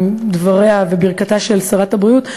עם דבריה וברכתה של שרת הבריאות,